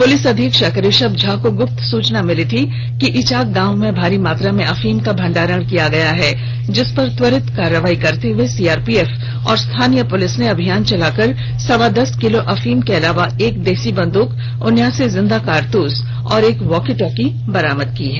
police अधीक्षक ऋषभ झा को गुप्त सूचना मिली थी कि इचाक गांव में भारी मात्रा में अफीम का भंडारण किया गया है जिसपर त्वरित कारवाई करते हुए सीआरपीएफ और स्थानीय पुलिस ने अभियान चलाकर सवा दस किलो अफीम के अलावा एक देशी बंद्रक उन्यासी जिंदा कारतूस और एक वॉकी टॉकी बरामद किया है